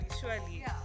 surely